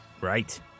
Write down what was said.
Right